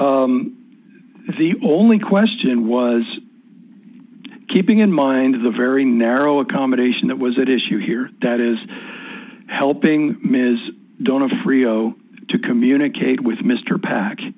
unusual the only question was keeping in mind the very narrow accommodation that was that issue here that is helping ms donofrio to communicate with mr pac